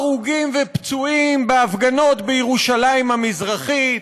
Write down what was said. הרוגים ופצועים בהפגנות בירושלים המזרחית,